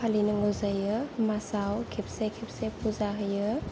फालिनांगौ जायो मासाव खेबसे खेबसे फुजा होयो